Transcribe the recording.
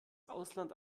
ausland